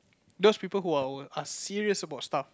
those people who are who are serious about stuff